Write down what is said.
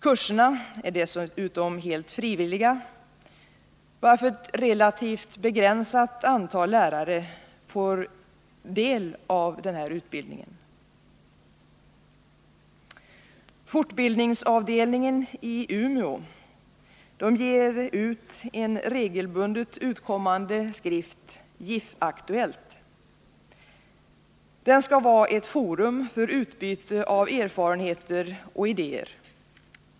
Kurserna är dessutom helt frivilliga, varför ett relativt begränsat antal lärare får del av denna utbildning. Fortbildningsavdelningen i Umeå ger ut en regelbundet utkommande skrift, JIF-aktuellt. Den skall vara ett forum för utbyte av erfarenheter och idéer.